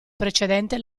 precedente